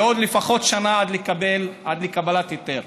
ועוד לפחות שנה עד לקבלת היתר.